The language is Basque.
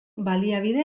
baliabide